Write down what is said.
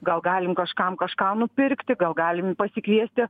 gal galim kažkam kažką nupirkti gal galim pasikviesti